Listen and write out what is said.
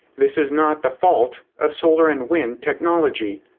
this is not the fault of solar and wind technology.